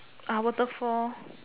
ah waterfall